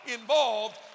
involved